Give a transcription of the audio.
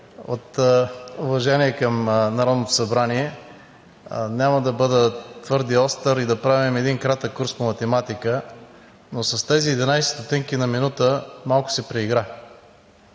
От уважение към Народното събрание няма да бъда твърд и остър и да правим един кратък курс по математика, но с тези 0,11 ст. на минута малко се преигра,